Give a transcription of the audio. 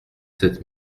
sept